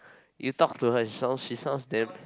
you talk to her she sounds she sounds damn